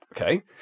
okay